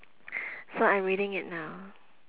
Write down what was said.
so I'm reading it now